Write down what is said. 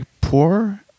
poor